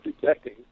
detecting